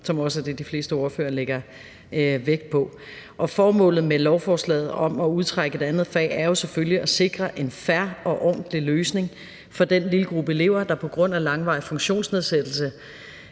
er også det, de fleste ordførere lægger vægt på. Formålet med forslaget om at udtrække et andet fag er selvfølgelig at sikre en fair og ordentlig løsning for den lille gruppe elever, der på grund af langvarig funktionsnedsættelse